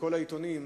בכל העיתונים,